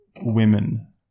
women